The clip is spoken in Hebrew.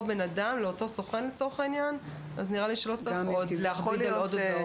סוכן אז לא נראה לי שצריך עוד הודעות.